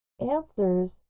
answers